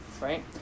Right